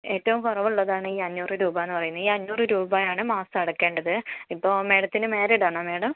ഏറ്റവും കുറവുള്ളതാണ് ഈ അഞ്ഞൂറ് രൂപാന്ന് പറയുന്നത് ഈ അഞ്ഞൂറ് രൂപയാണ് മാസം അടക്കേണ്ടത് ഇപ്പോൾ മാഡത്തിന് മാരീഡ് ആണോ മാഡം